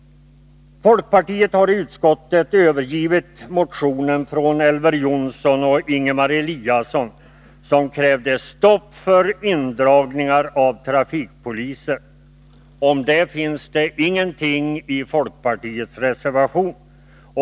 Folkpartiet har i utskottet övergivit motionen från Elver Jonsson och Ingemar Eliasson, som krävde stopp för indragningar av trafikpoliser. Om detta finns nu ingenting i folkpartiets reservation.